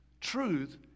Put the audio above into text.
truth